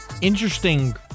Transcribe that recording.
interesting